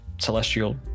celestial